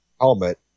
helmet